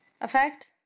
effect